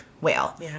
whale